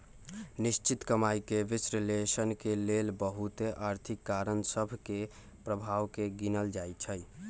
निश्चित कमाइके विश्लेषण के लेल बहुते आर्थिक कारण सभ के प्रभाव के गिनल जाइ छइ